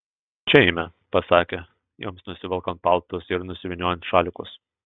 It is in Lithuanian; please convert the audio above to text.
čia eime pasakė joms nusivelkant paltus ir nusivyniojant šalikus